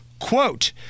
quote